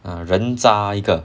uh 人渣一个